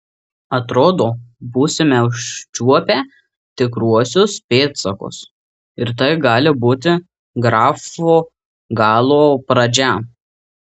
atrodo būsime užčiuopę tikruosius pėdsakus ir tai gali būti grafo galo pradžia